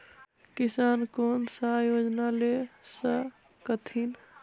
किसान कोन सा योजना ले स कथीन?